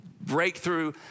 breakthrough